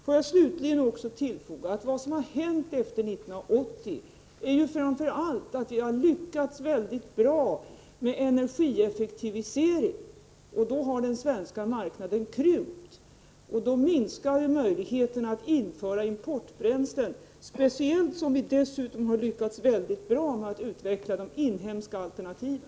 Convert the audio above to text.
Får jag slutligen tillfoga, att det som hänt efter 1980 är framför allt att vi har lyckats mycket bra med energieffektivisering. Därmed har den svenska marknaden krympt. Då minskar vi behovet av att införa importbränslen, speciellt som vi dessutom har lyckats mycket bra med att utveckla de inhemska alternativen.